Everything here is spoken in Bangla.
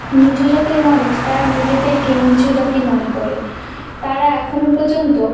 নিচু জাতের মানুষ তারা নিজেদেরকে নিচু জাতি মনে করে তারা এখনও পর্যন্ত